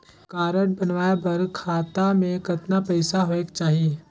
Card बनवाय बर खाता मे कतना पईसा होएक चाही?